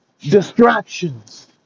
Distractions